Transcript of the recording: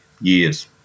years